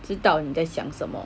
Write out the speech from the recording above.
知道你在想什么